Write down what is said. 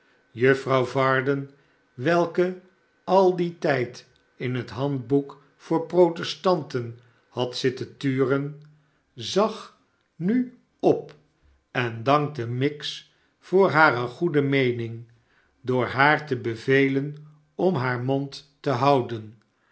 juffrouw varden welke al dien tijd in het handboek voor protestanten had zitten turen zag nu op en dankte miggs voor hare goede meening door haar te bevelen om haar mond te houden